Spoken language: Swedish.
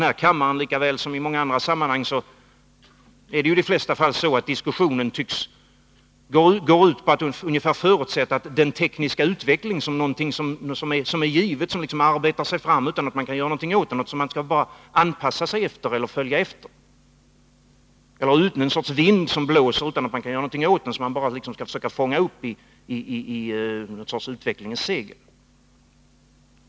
Här i kammaren lika väl som i många andra sammanhang är det i de flesta fall så att diskussionen tycks förutsätta att den teknologiska utvecklingen är given. Man ser den som någonting som arbetar sig fram utan att man kan göra något åt den. Man kan bara anpassa sig till den eller följa efter den. Den är en vind som blåser och som man bara kan försöka fånga upp i en sorts utvecklingens segel.